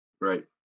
Right